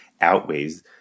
outweighs